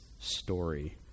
story